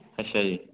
ਅੱਛਾ ਜੀ